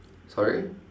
sorry